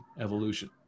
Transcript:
evolution